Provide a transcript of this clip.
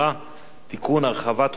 הרחבת חובת העדכון).